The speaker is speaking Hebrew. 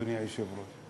אדוני היושב-ראש,